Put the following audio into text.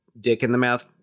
dick-in-the-mouth